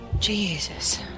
Jesus